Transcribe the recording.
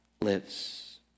lives